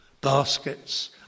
baskets